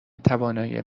توانایی